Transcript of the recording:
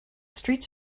streets